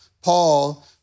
Paul